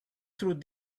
through